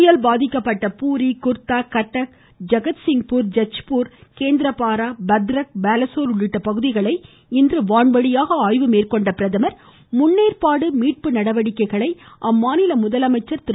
புயல் பாதிக்கப்பட்ட பூரி குர்தா கட்டாக் ஜகத்சிங்பூர் ஜஜ்பூர் கேந்த்ர பாரா பத்ரக் பாலஸோர் உள்ளிட்ட பகுதிகளை இன்று வான்வழியாக ஆய்வு மேற்கொண்ட பிரதமர் முன்னேற்பாடு மற்றும் மீட்பு நடவடிக்கைகளை அம்மாநில முதலமைச்சர் திரு